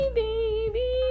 baby